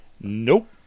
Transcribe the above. nope